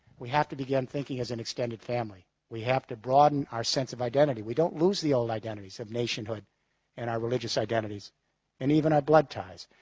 we have to begin thinking as an extended family. we have to broaden our sense of identity. we don't lose the old identities of nationhood and our religious identities and even our blood ties,